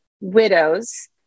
widows